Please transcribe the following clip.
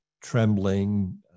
trembling